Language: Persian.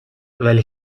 ولی